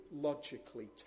logically